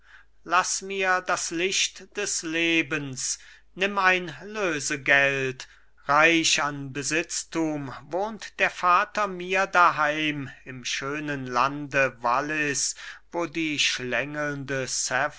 laß mir das licht des lebens nimm ein lösegeld reich an besitztum wohnt der vater mir daheim im schönen lande wallis wo die schlängelnde